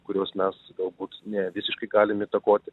kurios mes galbūt nevisiškai galim įtakoti